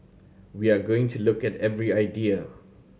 we are going to look at every idea